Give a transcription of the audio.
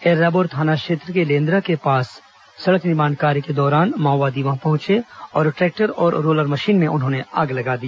एर्रबोर थाना क्षेत्र में लेन्द्रा के पास सड़क निर्माण कार्य के दौरान माओवादी वहां पहुंचे और ट्रैक्टर और रोलर मशीन में आग लगा दी